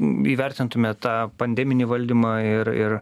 bevertintumėt tą pandeminį valdymą ir ir